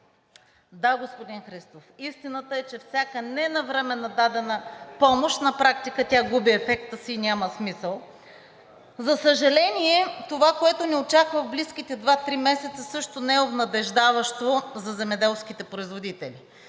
Да, господин Христов – истината е, че всяка не навреме дадена помощ, на практика тя губи ефекта си и няма смисъл. За съжаление, това, което ни очаква в близките 2 – 3 месеца, също не е обнадеждаващо за земеделските производители.